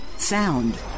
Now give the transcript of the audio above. sound